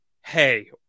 hey